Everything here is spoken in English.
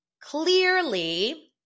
Clearly